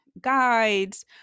guides